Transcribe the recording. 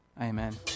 Amen